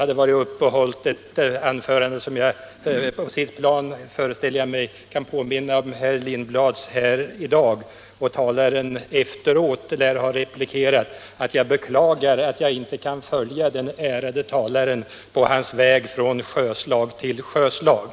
Han hade hållit ett anförande, som jag förställer mig på sitt plan kan påminna om herr Lindblads här i dag. Den efterföljande talaren lär ha replikerat: Jag beklagar att jag inte kan följa den ärade talaren på hans väg från sjöslag till sjöslag.